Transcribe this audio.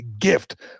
gift